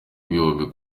igihumbi